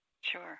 Sure